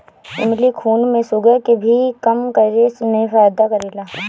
इमली खून में शुगर के भी कम करे में फायदा करेला